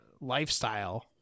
lifestyle